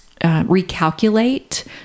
recalculate